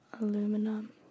aluminum